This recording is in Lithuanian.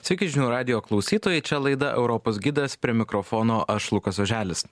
sveiki žinių radijo klausytojai čia laida europos gidas prie mikrofono aš lukas oželis